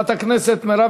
חברת הכנסת חנין זועבי,